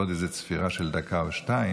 ועוד איזו צפירה של דקה או שתיים,